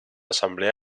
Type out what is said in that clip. asamblea